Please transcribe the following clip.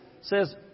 says